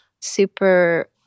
super